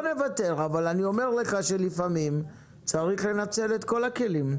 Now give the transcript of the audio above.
נוותר אבל אני אומר לך שלפעמים צריך לנצל את כל הכלים